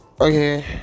Okay